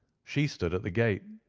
she stood at the gate,